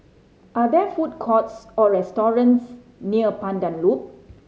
are there food courts or restaurants near Pandan Loop